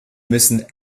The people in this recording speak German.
müssen